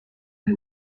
nel